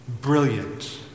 Brilliant